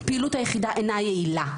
פעילות היחידה אינה יעילה,